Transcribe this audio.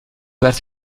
werd